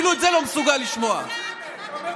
ונורבגיה,